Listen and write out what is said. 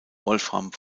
wolfram